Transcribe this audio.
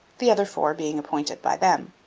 the other four being appointed by them.